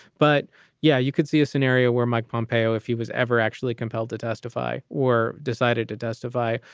but yeah, you could see a scenario where mike pompeo, if he was ever actually compelled to testify or decided to testify,